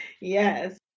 Yes